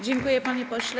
Dziękuję, panie pośle.